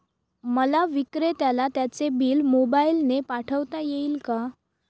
मला विक्रेत्याला त्याचे बिल मोबाईलने पाठवता येईल का?